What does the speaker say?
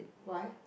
why